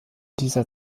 dieser